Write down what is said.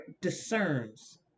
discerns